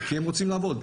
כי הם רוצים לעבוד,